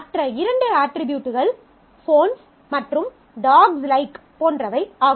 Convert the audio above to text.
மற்ற இரண்டு அட்ரிபியூட்கள் ஃபோன்ஸ் மற்றும் டாஃக்ஸ் லைக்ஸ் dogs likes போன்றவை ஆகும்